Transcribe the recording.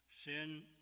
sin